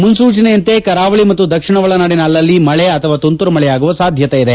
ಮುನೂಚನೆಯಂತೆ ಕರಾವಳಿ ಮತ್ತು ದಕ್ಷಿಣ ಒಳನಾಡಿನ ಅಲ್ಲಲ್ಲಿ ಮಳೆ ಅಥವಾ ತುಂತುರು ಮಳೆಯಾಗುವ ಸಾಧ್ಯತೆ ಇದೆ